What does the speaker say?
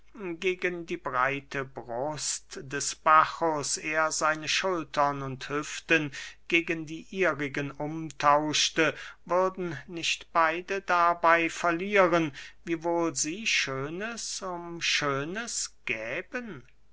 gegen die breite brust des bacchus er seine schultern und hüften gegen die ihrigen umtauschte würden nicht beyde dabey verlieren wiewohl sie schönes um schönes gäben